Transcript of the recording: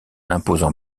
imposant